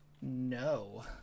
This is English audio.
No